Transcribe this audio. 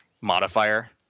modifier